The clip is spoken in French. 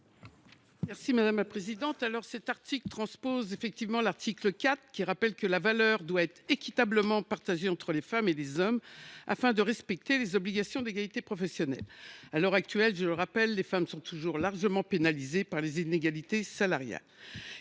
l’amendement n° 57 rectifié. L’article 1 transpose l’article 4 de l’ANI, lequel prévoit que la valeur doit être équitablement partagée entre les femmes et les hommes afin de respecter les obligations d’égalité professionnelle. À l’heure actuelle, je le rappelle, les femmes sont toujours largement pénalisées par les inégalités salariales.